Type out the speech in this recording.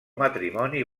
matrimoni